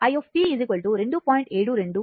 273 e 1